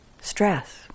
stress